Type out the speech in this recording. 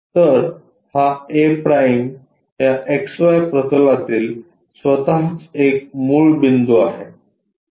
तर हा a' या एक्स वाय प्रतलातील स्वतःच एक मूळ बिंदू आहे